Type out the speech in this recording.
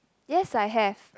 yes I have